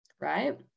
right